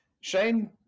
Shane